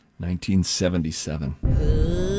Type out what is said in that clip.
1977